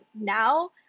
now